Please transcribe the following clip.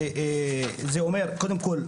זה אומר קודם כל,